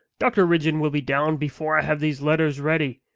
dr ridgeon will be down before i have these letters ready.